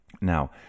Now